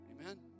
Amen